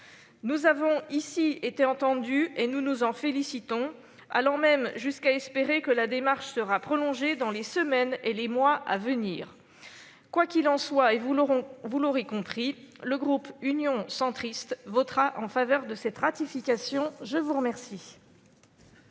Nous avons ici été entendus et nous nous en félicitons, allant même jusqu'à espérer que la démarche sera prolongée dans les semaines et les mois à venir. Quoi qu'il en soit, vous l'aurez compris, notre groupe votera en faveur de cette ratification. La discussion